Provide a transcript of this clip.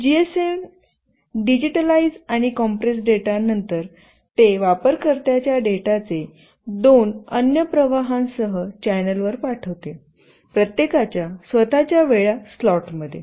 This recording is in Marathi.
जीएसएम डिजिटलाइज आणि कॉम्प्रेस डेटा नंतर ते वापरकर्त्याच्या डेटाचे दोन अन्य प्रवाहांसह चॅनेलवर पाठवते प्रत्येकाच्या स्वत च्या वेळ स्लॉटमध्ये